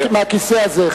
מהכיסא הזה.